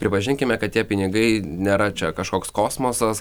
pripažinkime kad tie pinigai nėra čia kažkoks kosmosas